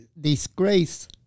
disgrace